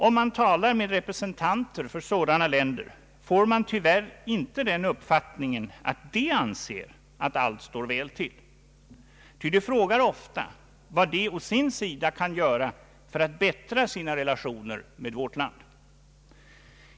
Om man talar med representanter för sådana länder, får man tyvärr inte den uppfattningen att de anser att allt står väl till, ty de frågar ofta vad de å sin sida kan göra för att förbättra sina relationer med vårt land.